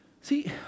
See